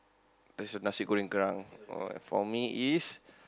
that's your Nasi-Goreng-Kerang for me is